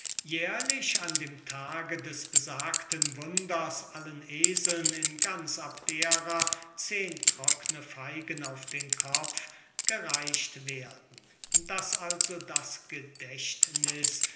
jährlich an dem tage des besagten wunders allen eseln in ganz abdera zehen trockne feigen auf den kopf gereicht werden daß also das gedächtniß